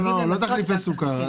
לא רק על תחליפי סוכר.